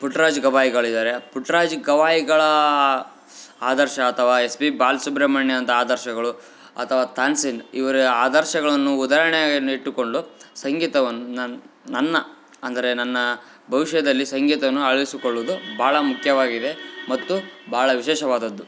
ಪುಟ್ರಾಜು ಗವಾಯಿಗಳಿದಾರೆ ಪುಟ್ರಾಜು ಗವಾಯಿಗಳಾ ಆದರ್ಶ ಅಥವಾ ಎಸ್ ಪಿ ಬಾಲಸುಬ್ರಹ್ಮಣ್ಯ ಅಂಥ ಆದರ್ಶಗಳು ಅಥವಾ ತಾನ್ಸೇನ್ ಇವರ ಆದರ್ಶಗಳನ್ನು ಉದಾಹರ್ಣೆಯನ್ನು ಇಟ್ಟುಕೊಂಡು ಸಂಗೀತವನ್ನು ನಾನು ನನ್ನ ಅಂದರೆ ನನ್ನ ಬವಿಷ್ಯದಲ್ಲಿ ಸಂಗೀತವನ್ನು ಆಲೈಸಿಕೊಳ್ಳುವುದು ಭಾಳ ಮುಖ್ಯವಾಗಿದೆ ಮತ್ತು ಭಾಳ ವಿಶೇಷವಾದದ್ದು